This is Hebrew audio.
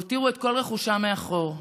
הותירו את כל רכושם מאחור,